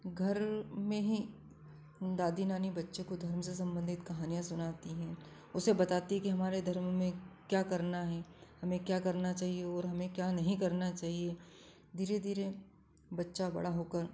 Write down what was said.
घर में ही दादी नानी बच्चे को धर्म से संबंधित कहानियाँ सुनाती हैं उसे बताती है कि हमारे धर्म में क्या करना है हमें क्या करना चाहिए और हमें क्या नहीं करना चाहिए धीरे धीरे बच्चा बड़ा होकर